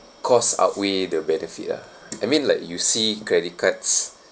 costs outweigh the benefit ah I mean like you see credit cards